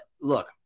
look